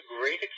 Great